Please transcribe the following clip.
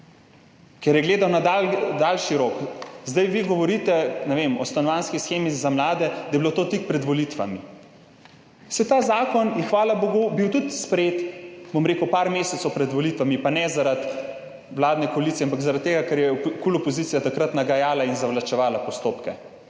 ker je gledal na daljši rok. Vi zdaj govorite o stanovanjski shemi za mlade, da je bilo to tik pred volitvami. Saj ta zakon je bil hvala bogu tudi sprejet par mesecev pred volitvami, pa ne zaradi vladne koalicije, ampak zaradi tega, ker je opozicija KUL takrat nagajala in zavlačevala postopke,